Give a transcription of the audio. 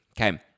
Okay